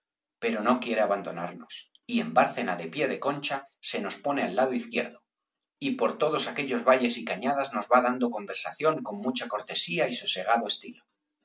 pero no quiere abandonarnos y en bárcena de pie de concha se nos pone al lado izquierdo y por todos aquellos valles y cañadas nos va dando conversación con mucha cortesía y sosegado estilo